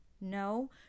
No